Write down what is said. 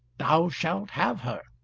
thou shalt have her.